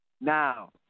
Now